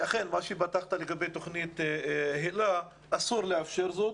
אכן, מה שאמרת לגבי תוכנית היל"ה, אסור לאפשר זאת.